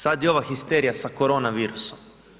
Sad je ova histerija sa korona virusom.